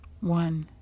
One